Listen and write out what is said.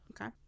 Okay